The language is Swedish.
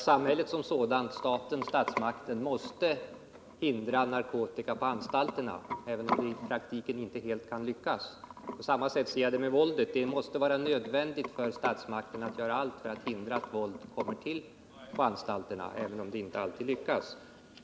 Samhället, statsmakterna, måste göra allt för att förhindra att narkotika och våld förekommer på anstalterna, även om man i praktiken inte alltid lyckas.